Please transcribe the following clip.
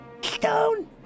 Stone